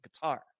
guitar